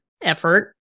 effort